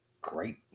great